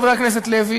חבר הכנסת לוי,